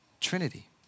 Trinity